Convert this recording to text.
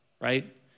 right